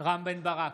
רם בן ברק,